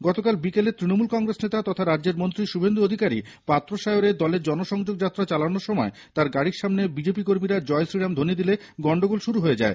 গতকাল বিকেলে তৃণমূল কংগ্রেস নেতা তথা রাজ্যের মন্ত্রী শুভেন্দু অধিকারি পাত্রসায়রে দলের জনসংযোগ যাত্রা চালানোর সময় তার গাড়ির সামনে বিজেপি কর্মীরা জয় শ্রীরাম ধ্বনী দিলে গন্ডগোল শুরু হয়ে যায়